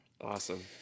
Awesome